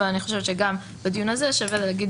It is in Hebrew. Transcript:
ואני חושבת שגם בדיון הזה שווה להגיד